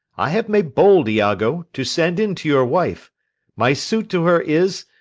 i have made bold, iago, to send in to your wife my suit to her is,